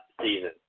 season